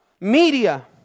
media